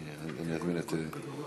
אני אמור להיות השואל.